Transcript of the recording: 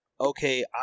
okay